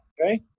okay